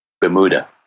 Bermuda